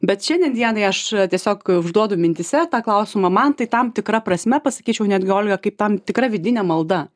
bet šiandien dienai aš tiesiog užduodu mintyse tą klausimą man tai tam tikra prasme pasakyčiau netgi olga kaip tam tikra vidinė malda